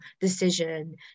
decision